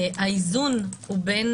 האיזון הוא בין